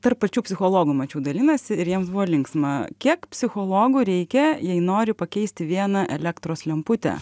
tarp pačių psichologų mačiau dalinasi ir jiems buvo linksma kiek psichologų reikia jei nori pakeisti vieną elektros lemputę